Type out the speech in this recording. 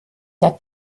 der